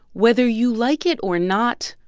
whether you like it or not,